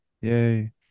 yay